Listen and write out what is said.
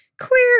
queer